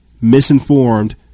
misinformed